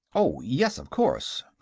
oh, yes, of course,